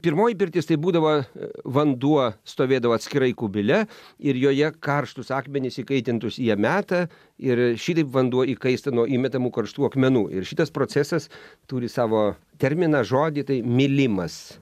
pirmoji pirtis tai būdavo vanduo stovėdavo atskirai kubile ir joje karštus akmenis įkaitintus jie meta ir šitaip vanduo įkaista nuo įmetamų karštų akmenų ir šitas procesas turi savo terminą žodį tai mylimas